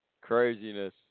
Craziness